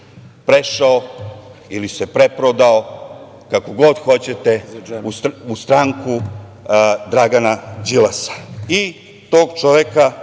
prešao ili se preprodao, kako god hoćete u stranku Dragana Đilasa i tog čoveka,